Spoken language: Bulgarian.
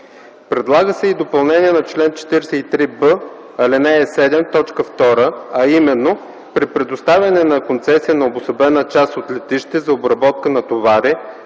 Предлага се и допълнение на чл. 43б, ал. 7, т. 2, а именно – при предоставяне на концесия на обособена част от летище за обработка на товари,